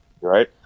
right